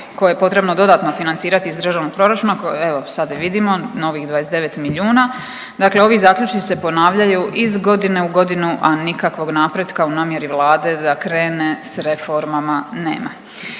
koje je potrebno dodatno financirati iz državnog proračuna evo sad vidimo novih 29 milijuna, dakle ovi zaključci se ponavljaju iz godine u godinu, a nikakvog napretka u namjeri Vlade da krene s reformama nema.